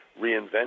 reinvent